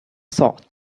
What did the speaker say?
sword